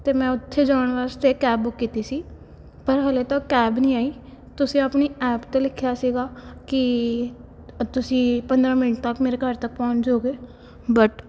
ਅਤੇ ਮੈਂ ਉੱਥੇ ਜਾਣ ਵਾਸਤੇ ਕੈਬ ਬੁੱਕ ਕੀਤੀ ਸੀ ਪਰ ਹਜੇ ਤੱਕ ਕੈਬ ਨਹੀਂ ਆਈ ਤੁਸੀਂ ਆਪਣੀ ਐਪ 'ਤੇ ਲਿਖਿਆ ਸੀਗਾ ਕਿ ਤੁਸੀਂ ਪੰਦਰਾਂ ਮਿੰਟ ਤੱਕ ਮੇਰੇ ਘਰ ਤੱਕ ਪਹੁੰਚ ਜਾਉਂਗੇ ਬਟ